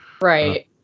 Right